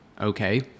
okay